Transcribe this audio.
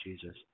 Jesus